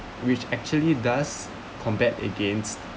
which actually does compared against